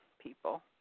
people